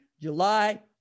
July